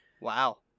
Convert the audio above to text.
Wow